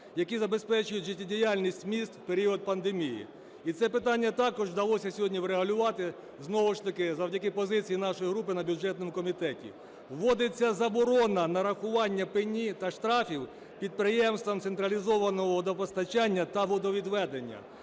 які забезпечують життєдіяльність міст в період пандемії. І це питання також вдалося сьогодні врегулювати знову ж таки завдяки позиції нашої групи на бюджетному комітеті. Вводиться заборона нарахування пені та штрафів підприємствам централізованого водопостачання та водовідведення,